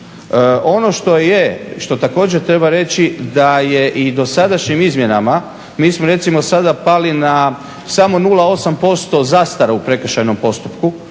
Ono što je, što također treba reći da je i dosadašnjim izmjenama, mi smo recimo sada pali na samo 0,8% zastara u prekršajnom postupku